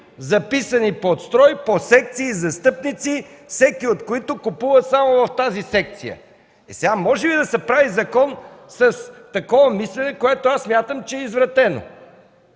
записани под строй, по секции застъпници, всеки от които купува само в тази секция. Може ли да се прави закон с такова мислене, което аз смятам, че е извратено?